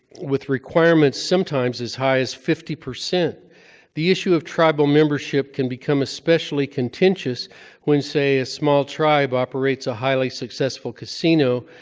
with requirements sometimes as high as fifty. the issue of tribal membership can become especially contentious when, say, a small tribe operates a highly-successful casino,